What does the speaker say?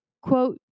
quote